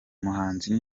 muhanzi